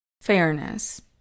fairness